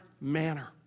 manner